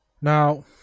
Now